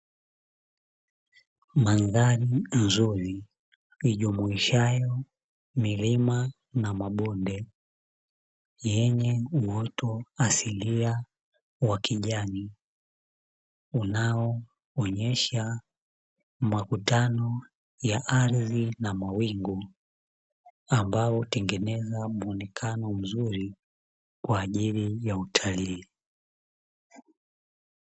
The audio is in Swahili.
Mandhali nzuri ijumuishayo milima na mabonde yenye uoto asilia wa kijani, unaoonyesha makutanao ya ardhi na mawingu ambao hutengeneza muonekeano mzuri kwa ajili ya utalii.